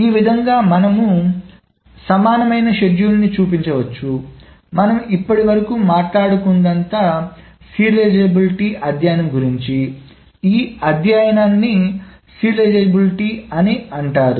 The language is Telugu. ఈ విధముగా మనము సమానమైన షెడ్యూల్ని చూపించవచ్చుమనము ఇప్పుడు వరకు మాట్లాడుకున్నదంతా సీరియలైజబిలిటీ అధ్యయనం గురించి ఈ అధ్యయనాన్ని సీరియలైజబిలిటీ అంటారు